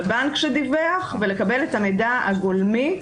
לבנק שדיווח ולקבל את המידע הגולמי.